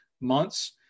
months